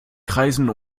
kreisen